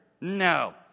No